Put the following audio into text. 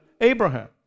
Abraham